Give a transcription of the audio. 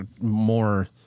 more